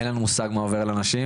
אין לנו מושג מה עובר על אנשים,